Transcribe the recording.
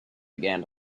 began